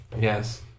Yes